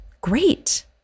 Great